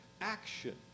action